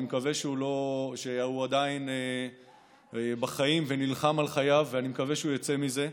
אני מקווה שהוא עדיין בחיים ונלחם על חייו ואני מקווה שהוא יצא מזה,